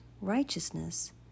Righteousness